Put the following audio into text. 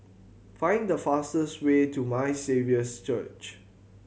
find the fastest way to My Saviour's Church